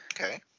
Okay